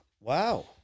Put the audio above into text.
wow